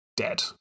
Dead